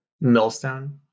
Millstone